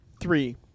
Three